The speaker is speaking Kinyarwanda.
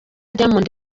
diamond